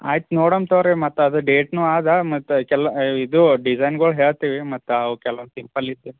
ಆಯ್ತು ನೋಡೋಣ ತಗೋರಿ ಮತ್ತು ಅದು ಡೇಟ್ನು ಆದ ಮತ್ತು ಕೆಲ್ವು ಇದು ಡಿಸೈನ್ಗಳ್ ಹೇಳ್ತೀವಿ ಮತ್ತು ಅವು ಕೆಲ್ವೊಂದು ಸಿಂಪಲ್ಲಿದೆ